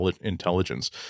intelligence